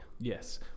Yes